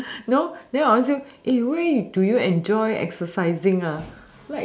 you know then I ask you where do you enjoy exercising ah